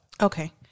Okay